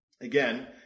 Again